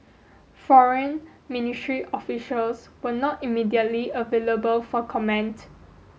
Foreign Ministry officials were not immediately available for comment